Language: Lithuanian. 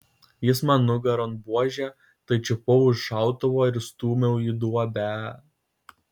jis man nugaron buože tai čiupau už šautuvo ir stūmiau į duobę